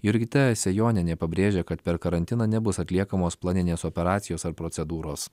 jurgita sejonienė pabrėžė kad per karantiną nebus atliekamos planinės operacijos ar procedūros